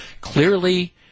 Clearly